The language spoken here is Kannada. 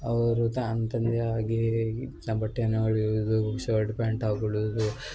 ಅವರು ತಾನು ತಂದೇ ಆಗಿ ಆ ಬಟ್ಟೆಯನ್ನು ಅಳೆಯುವುದು ಶರ್ಟ್ ಪ್ಯಾಂಟ್ ಹಾಕೊಳ್ಳುದು